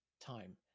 time